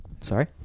Sorry